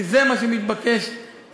כי זה מה שמתבקש לעשות.